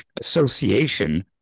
association